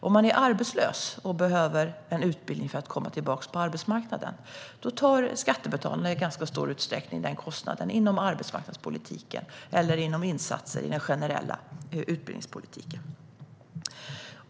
Om man är arbetslös och behöver en utbildning för att komma tillbaka till arbetsmarknaden tar skattebetalarna i ganska stor utsträckning den kostnaden inom arbetsmarknadspolitiken eller inom insatser i den generella utbildningspolitiken.